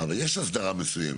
אבל יש הסדרה מסוימת.